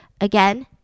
Again